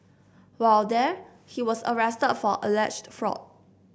while there he was arrested for alleged fraud